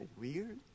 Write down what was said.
weird